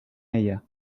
ella